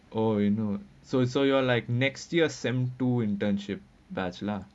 oh you know so so you're like next year semester two internship batch lah